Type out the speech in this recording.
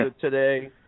today